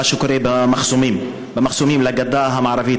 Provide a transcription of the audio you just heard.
מה שקורה במחסומים לגדה המערבית,